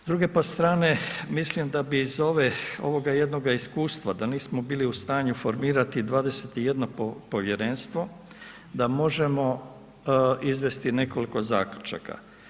S druge pak strane mislim da bi iz ove, ovoga jednoga iskustava da nismo bili u stanju formirati 21 povjerenstvo da možemo izvesti nekoliko zaključaka.